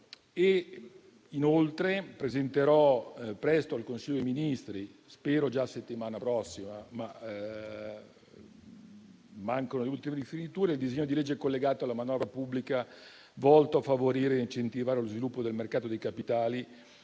Inoltre, presenterò presto al Consiglio dei ministri (auspicabilmente già la settimana prossima, in quanto mancano le ultime rifiniture), il disegno di legge collegato alla manovra pubblica, volto a favorire ed incentivare lo sviluppo del mercato dei capitali,